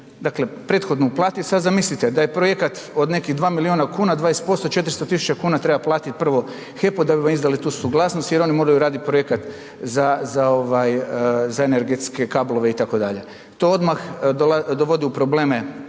dakle, prethodno plati. Sada zamislite, da je projekat od nekih 2 milijuna kuna, 20%, 400 tisuća kuna treba platiti prvo HEP-u da bi vam izdali tu suglasnost, jer oni moraju raditi projekat za energetske kablove itd. To odmah dovodi u probleme